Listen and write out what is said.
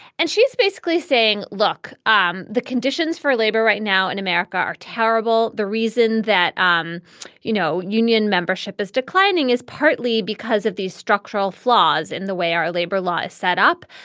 and she's basically saying, look, um the conditions for labor right now in america are terrible. the reason that, um you you know, union membership is declining is partly because of these structural flaws in the way our labor law is set up.